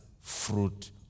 fruit